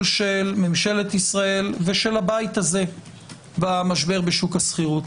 של ממשלת ישראל ושל הבית הזה במשבר בשוק השכירות.